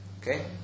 okay